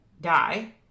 die